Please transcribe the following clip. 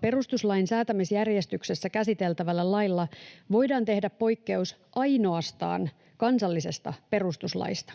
”perustuslain säätämisjärjestyksessä käsiteltävällä lailla voidaan tehdä poikkeus ainoastaan kansallisesta perustuslaista,